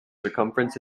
circumference